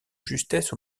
justesse